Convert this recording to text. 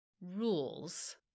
rules